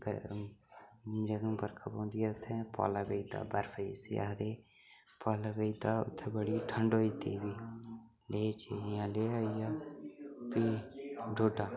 जदूं बरखा पौंदियां उत्थै पाला पेई दा बरफ जिसी आखदे पाला पेई दा उत्थै बड़ी ठंड होंदी फ्ही लेह् च इ'यां लेह् आई गेआ फ्ही डोडा